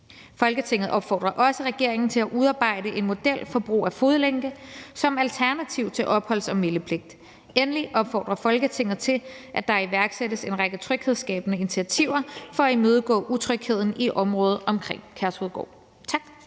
Folketinget opfordrer også regeringen til at udarbejde en model for brug af fodlænke som alternativ til opholds- og meldepligt. Endelig opfordrer Folketinget til, at der iværksættes en række tryghedsskabende initiativer for at imødegå utrygheden i området omkring Udrejsecenter